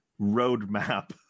roadmap